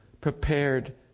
prepared